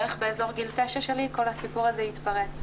בערך באזור גיל 9 שלי כל הסיפור הזה התפרץ.